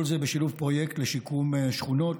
כל זה בשילוב פרויקט לשיקום שכונות